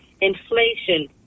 Inflation